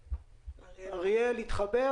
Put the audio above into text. כ-1.4 מיליארד שקלים כל שנה,